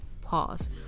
pause